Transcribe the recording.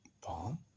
Bomb